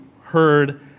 heard